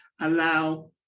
allow